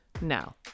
Now